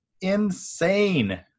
insane